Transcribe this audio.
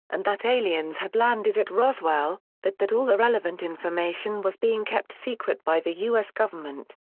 and that aliens had landed at roswell, but that all the relevant information was being kept secret by the us government.